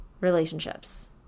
relationships